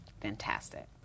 Fantastic